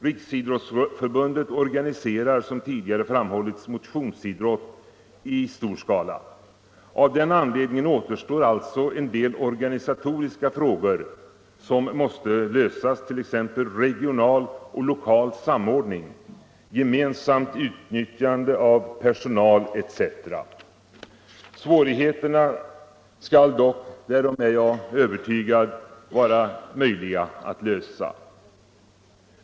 Riksidrottsförbundet organiserar, som tidigare framhållits, motionsidrott i mycket stor skala.” Av den anledningen återstår alltså en del organisatoriska frågor som måste lösas, t.ex. regional och lokal samordning samt gemensamt utnyttjande av personal. Svårigheterna skall dock — därom är jag övertygad — vara möjliga att lösa.